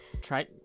Try